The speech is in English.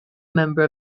member